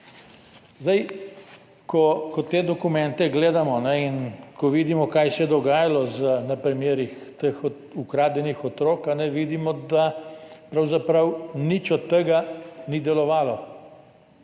gledamo te dokumente in ko vidimo, kaj se je dogajalo v primerih teh ukradenih otrok, vidimo, da pravzaprav nič od tega ni delovalo.